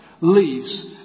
leaves